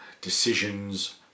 decisions